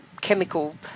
chemical